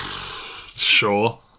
Sure